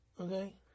Okay